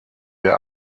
der